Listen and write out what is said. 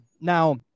Now